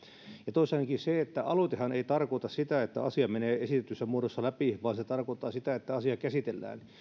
toisenakin se että aloitehan ei tarkoita sitä että asia menee esitetyssä muodossa läpi vaan se tarkoittaa sitä että asia käsitellään